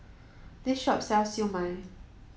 this shop sells Siew Mai